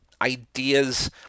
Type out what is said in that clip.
ideas